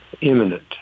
Imminent